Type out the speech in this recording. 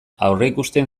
aurreikusten